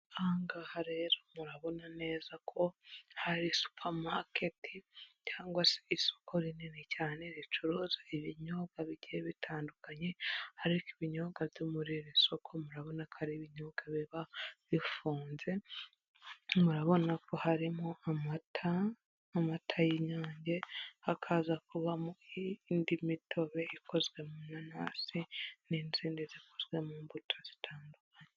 Aha rero murabona neza ko hari supermarket cyangwa se isoko rinini cyane, ricuruza ibinyobwa bigiye bitandukanye, ariko ibinyobwa byo muri iri soko murabona ko ari ibinyobwa biba bifunze, murabona ko harimo amata, amata y'inyange, hakaza kubamo indi mitobe ikozwe mu nanasi, n'izindi zikozwe mu mbuto zitandukanye.